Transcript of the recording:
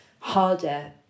harder